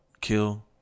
kill